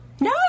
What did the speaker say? No